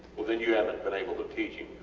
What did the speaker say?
well then you havent been able to teach him